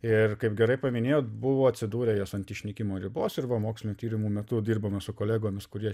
ir kaip gerai paminėjot buvo atsidūrę jos ant išnykimo ribos ir va mokslin tyrimų metu dirbome su kolegomis kurie